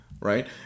right